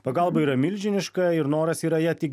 pagalba yra milžiniška ir noras yra ją tik